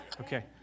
Okay